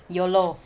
YOLO